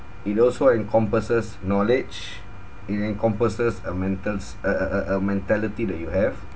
it also encompasses knowledge it encompasses a mentals a a a a mentality that you have